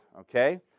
Okay